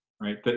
right